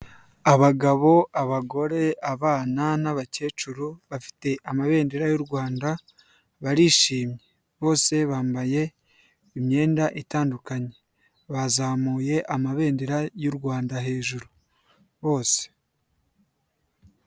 Abagabo, abagore, abana, n'abakecuru bafite amabendera y'u Rwanda barishimye. Bose bambaye imyenda itandukanye. Bazamuye amabendera y'u Rwanda hejuru bose.